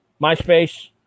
MySpace